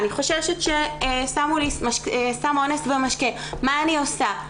'אני חוששת ששמו לי סם אונס במשקה מה אני עושה',